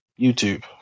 YouTube